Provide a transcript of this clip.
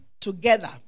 together